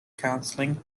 counseling